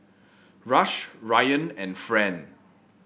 Rush Ryann and Fran